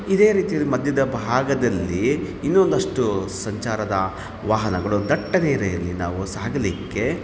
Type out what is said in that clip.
ಇದೇ ರೀತಿಯಲ್ಲಿ ಮಧ್ಯದ ಭಾಗದಲ್ಲಿ ಇನ್ನು ಒಂದಷ್ಟು ಸಂಚಾರದ ವಾಹನಗಳು ದಟ್ಟಣೆಯಲ್ಲಿ ನಾವು ಸಾಗಲಿಕ್ಕೆ